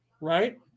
right